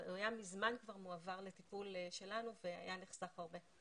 הוא היה מזמן כבר מועבר לטיפול שלנו והיה נחסך הרבה.